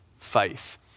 faith